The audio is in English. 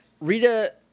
Rita